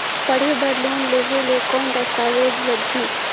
पढ़े बर लोन लहे ले कौन दस्तावेज लगही?